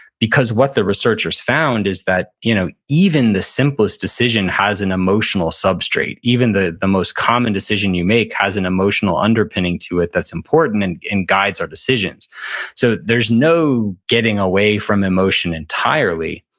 because what the researchers found is that you know even the simplest decision has an emotional substrate. even the the most common decision you make has an emotional underpinning to it that's important and and guides our decisions so there's no getting away from emotion entirely,